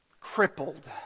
crippled